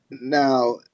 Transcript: Now